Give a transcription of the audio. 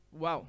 Wow